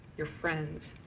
your friends,